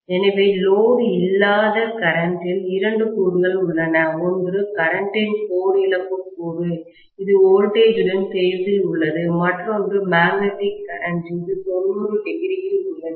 எனவே லோடு இல்லாத கரண்ட் இல் இரண்டு கூறுகள் உள்ளன ஒன்று கரண்ட் இன் கோர் இழப்பு கூறு இது வோல்டேஜ்யுடன் பேசில் உள்ளது மற்றொன்று மேக்னெட்டிக் கரண்ட் இது 900 இல் உள்ளது